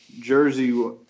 jersey